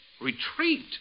Retreat